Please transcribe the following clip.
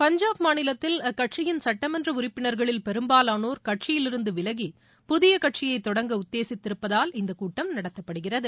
பஞ்சாப் மாநிலத்தில் அக்கட்சியின் சட்டமன்ற உறுப்பினர்களில் பெரும்பாலோர் கட்சியிலிருந்து விலகி புதிய கட்சியைத் தொடங்க உத்தேசித்திருப்பதால் இந்தக் கூட்டம் நடத்தப்படுகிறது